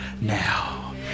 now